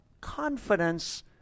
confidence